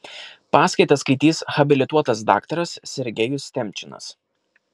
paskaitą skaitys habilituotas daktaras sergejus temčinas